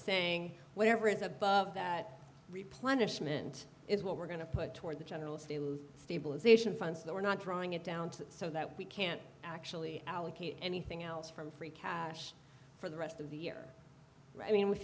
saying whatever is above that replenish mint is what we're going to put toward the general stabilization funds that we're not drawing it down to so that we can't actually allocate anything else from free cash for the rest of the year i mean